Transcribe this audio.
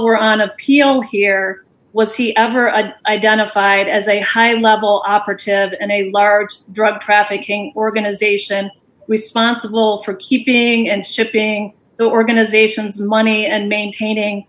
we're on appeal here was he ever identified as a high level operative and a large drug trafficking organization responsible for keeping and shipping the organization's money and maintaining